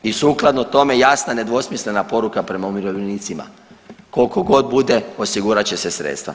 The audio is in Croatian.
I sukladno tome jasna, nedvosmislena poruka prema umirovljenicima koliko god bude osigurat će se sredstva.